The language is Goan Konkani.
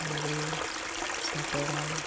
मागीर शापोरा